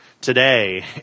today